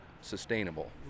sustainable